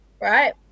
right